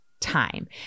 Time